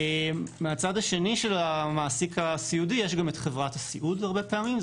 מהצד השני של המעסיק הסיעודי יש גם את חברת הסיעוד הרבה פעמים,